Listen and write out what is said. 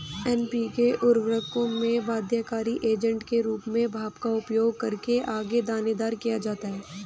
NPK उर्वरकों में बाध्यकारी एजेंट के रूप में भाप का उपयोग करके आगे दानेदार किया जाता है